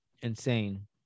Insane